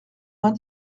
vingt